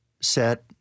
set